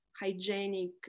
hygienic